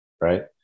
right